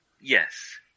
Yes